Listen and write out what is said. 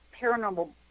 paranormal